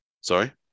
Sorry